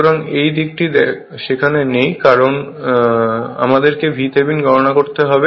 সুতরাং এই দিকটি সেখানে নেই কারণ আমাদেরকে VThevenin গণনা করতে হবে